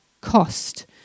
cost